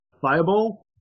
Fireball